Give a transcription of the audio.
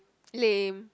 lame